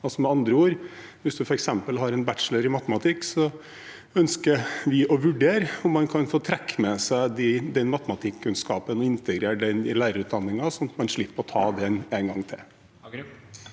f.eks. har en bachelor i matematikk, ønsker vi å vurdere om man kan få trekke med seg den matematikkunnskapen og integrere den i lærerutdanningen, sånn at man slipper å ta den en gang til.